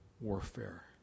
warfare